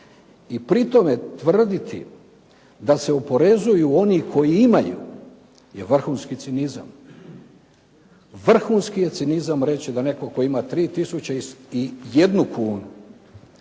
i pri tome tvrditi da se oporezuju oni koji imaju je vrhunski cinizam. Vrhunski je cinizam reći da netko tko ima 3001 kunu,